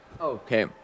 Okay